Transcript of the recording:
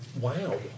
Wow